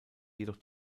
jedoch